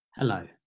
Hello